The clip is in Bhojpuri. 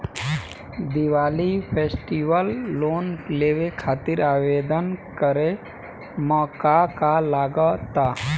दिवाली फेस्टिवल लोन लेवे खातिर आवेदन करे म का का लगा तऽ?